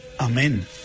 Amen